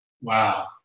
Wow